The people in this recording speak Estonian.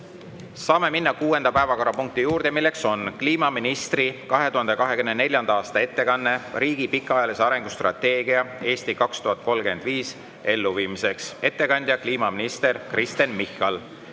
Saame minna kuuenda päevakorrapunkti juurde. Kliimaministri 2024. aasta ettekanne riigi pikaajalise arengustrateegia "Eesti 2035" elluviimisest. Ettekandja on kliimaminister Kristen Michal.